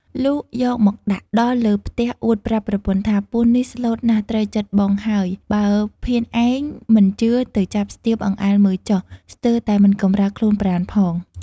លុះយកមកដាក់ ដល់លើផ្ទះអួតប្រាប់ប្រពន្ធថា “ពស់នេះស្លូតណាស់ត្រូវចិត្ដបងហើយ បើភានឯងមិនជឿទៅចាប់ស្ទាប អង្អែលមើលចុះ ស្ទើរតែមិនកំរើកខ្លួនប្រាណផង” ។